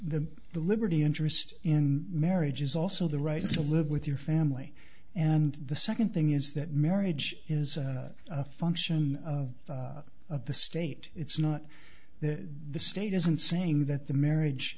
the the liberty interest in marriage is also the right to live with your family and the second thing is that marriage is a function of the state it's not that the state isn't saying that the marriage